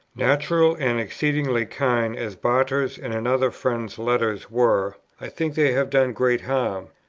natural, and exceedingly kind as barter's and another friend's letters were, i think they have done great harm.